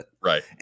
Right